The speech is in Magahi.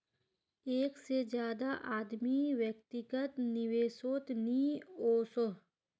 एक से ज्यादा आदमी व्यक्तिगत निवेसोत नि वोसोह